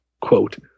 quote